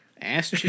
Ass